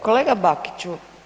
Kolega Bakiću.